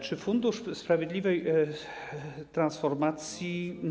Czy Fundusz Sprawiedliwej Transformacji?